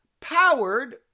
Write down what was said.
Powered